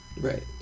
Right